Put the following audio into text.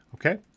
Okay